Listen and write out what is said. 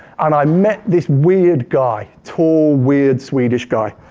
and i met this weird guy. tall, weird swedish guy.